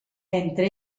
entre